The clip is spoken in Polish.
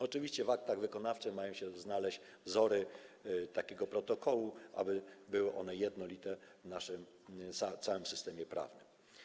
Oczywiście w aktach wykonawczych mają się znaleźć wzory takiego protokołu, aby protokoły były jednolite w całym systemie prawnym.